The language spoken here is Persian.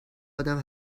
آدم